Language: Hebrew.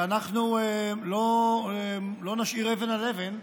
ואנחנו לא נשאיר אבן על אבן,